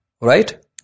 Right